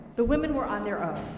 the women were on their own.